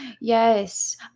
yes